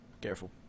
Careful